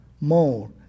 more